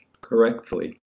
correctly